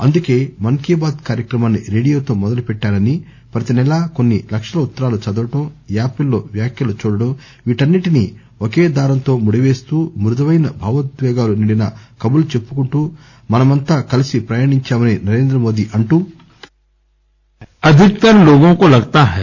అందుకే మన్ కీబాత్ కార్యక్రమాన్ని రేడియోతో మొదలు పెట్టానని ప్రతి నెలా కొన్ని లక్షల ఉత్తరాలు చదవడం యాప్ల్లో వ్యాఖ్యలు చూడడం వీటన్ని టినీ ఒకే సూత్రంతో మాలగా అల్లుతూ మృదవైన భావోద్వేగాలు నిండిన కబుర్లను చెప్పుకుంటూ మనమంతా కలిసి ప్రయాణిందామని నరేంద్ర మోదీ అన్నారు